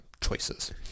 choices